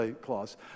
clause